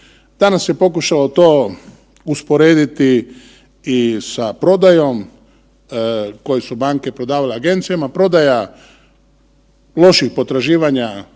danas se pokušalo to usporediti i sa prodajom koje su banke prodavale agencijama, prodaja loših potraživanja